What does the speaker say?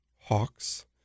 Hawks